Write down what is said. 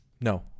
No